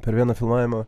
per vieną filmavimą